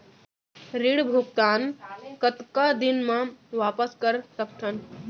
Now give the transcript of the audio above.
ऋण भुगतान कतका दिन म वापस कर सकथन?